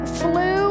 flu